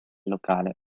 locale